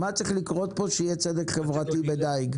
מה צריך לקרות פה כדי שיהיה צדק חברתי בדיג?